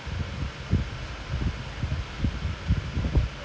he legit after the match finished then he would have damn sad